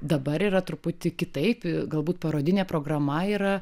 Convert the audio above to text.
dabar yra truputį kitaip galbūt parodinė programa yra